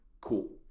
cool